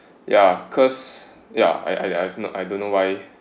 ya cause ya I I I don't know why